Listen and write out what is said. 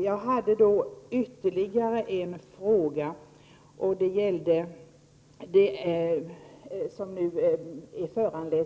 Nu aviseras ett